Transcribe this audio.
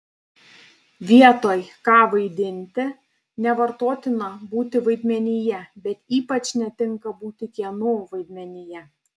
vietoj ką vaidinti nevartotina būti vaidmenyje bet ypač netinka būti kieno vaidmenyje